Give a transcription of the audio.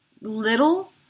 little